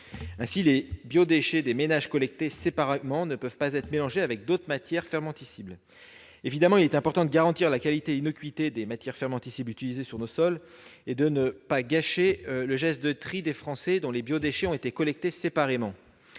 Ainsi, les biodéchets des ménages collectés séparément ne peuvent pas être mélangés avec d'autres matières fermentescibles. Évidemment, il est important de garantir la qualité et l'innocuité des matières fermentescibles utilisées sur nos sols, et de ne pas gâcher le geste de tri des Français dont les biodéchets ont été collectés séparément.